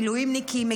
מילואימניקים,